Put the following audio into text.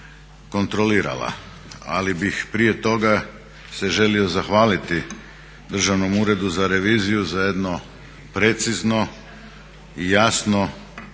kontrolirala. Ali bih prije toga se želio zahvaliti Državnom uredu za reviziju za jedno precizno, jasno